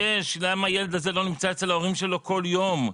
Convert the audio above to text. למה הילד הזה לא נמצא אצל ההורים שלו כל יום?